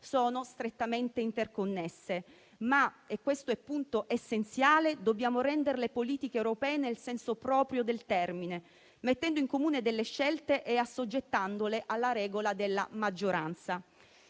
sono strettamente interconnesse. Ma - e questo è il punto essenziale - dobbiamo intendere le politiche europee nel senso proprio del termine, mettendo in comune le scelte e assoggettandole alla regola della maggioranza.